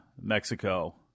Mexico